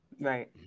Right